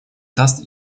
даст